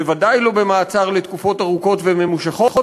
בוודאי לא תקופות ארוכות וממושכות,